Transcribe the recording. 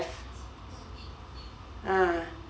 ha